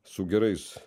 su gerais